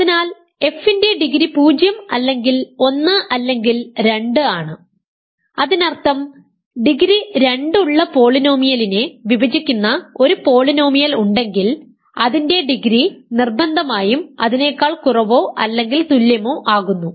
അതിനാൽ f ന്റെ degree 0 അല്ലെങ്കിൽ 1 അല്ലെങ്കിൽ 2 ആണ് അതിനർത്ഥം ഡിഗ്രി 2 ഉള്ള പോളിനോമിയലിനെ വിഭജിക്കുന്ന ഒരു പോളിനോമിയൽ ഉണ്ടെങ്കിൽ അതിന്റെ ഡിഗ്രി നിർബന്ധമായും അതിനേക്കാൾ കുറവോ അല്ലെങ്കിൽ തുല്യമോ ആകുന്നു